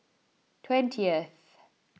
twentieth